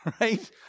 Right